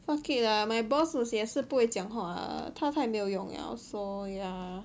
okay lah my boss 也是不会讲话的他太没有用了 so ya